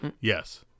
Yes